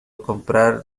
comprar